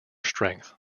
strength